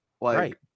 Right